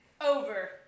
Over